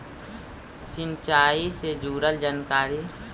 सिंचाई से जुड़ल जानकारी?